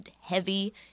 heavy